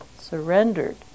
surrendered